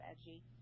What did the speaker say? edgy